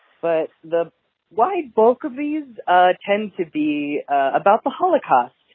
but the wide bulk of these ah tend to be about the holocaust.